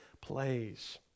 plays